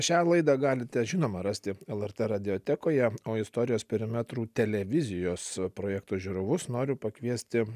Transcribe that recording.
šią laidą galite žinoma rasti lrt radiotekoje o istorijos perimetrų televizijos projekto žiūrovus noriu pakviesti